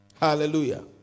Hallelujah